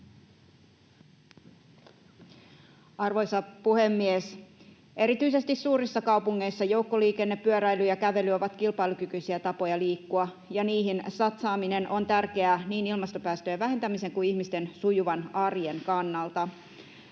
Arvoisa puhemies! Erityisesti suurissa kaupungeissa joukkoliikenne, pyöräily ja kävely ovat kilpailukykyisiä tapoja liikkua, ja niihin satsaaminen on tärkeää niin ilmastopäästöjen vähentämisen kuin ihmisten sujuvan arjen kannalta.